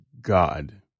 God